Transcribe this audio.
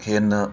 ꯍꯦꯟꯅ